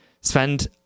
spend